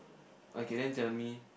okay then tell me